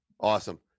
Awesome